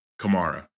Kamara